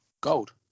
Gold